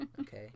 Okay